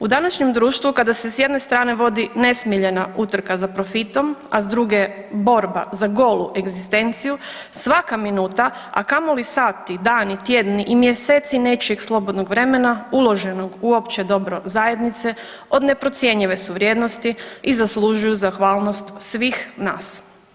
U današnjem društvu kada se s jedne strane vodi nesmiljena utrka za profitom, a s druge borba za golu egzistenciju svaka minuta, a kamoli sati, dani, tjedni i mjeseci nečijeg slobodnog vremena uloženog u opće dobro zajednice od neprocjenjive su vrijednosti i zaslužuju zahvalnost svih nas.